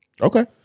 Okay